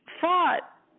fought